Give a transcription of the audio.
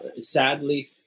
sadly